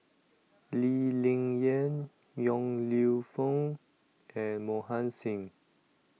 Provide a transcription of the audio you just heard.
Lee Ling Yen Yong Lew Foong and Mohan Singh